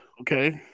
Okay